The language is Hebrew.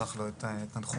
ונשלח לו את תנחומינו.